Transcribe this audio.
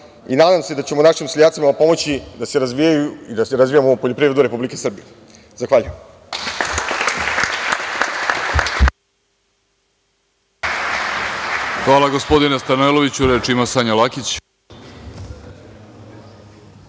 i nadam se da ćemo našim seljacima pomoći da se razvijaju i da razvijamo poljoprivredu Republike Srbije. Zahvaljujem.